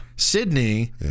Sydney